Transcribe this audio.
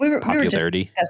Popularity